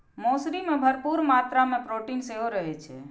मौसरी मे भरपूर मात्रा मे प्रोटीन सेहो रहै छै